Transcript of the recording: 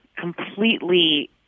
completely